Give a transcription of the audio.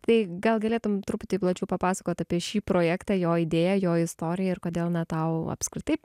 tai gal galėtum truputį plačiau papasakot apie šį projektą jo idėją jo istoriją ir kodėl na tau apskritai